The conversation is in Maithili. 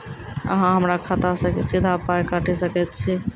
अहॉ हमरा खाता सअ सीधा पाय काटि सकैत छी?